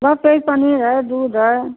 बस वही पनीर है दूध है